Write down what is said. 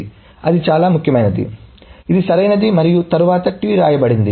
కాబట్టి అది చాలా ముఖ్యమైనది ఇది సరైనది మరియు తరువాత T వ్రాయబడింది